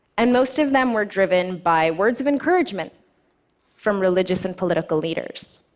and most of them were driven by words of encouragement from religious and political leaders,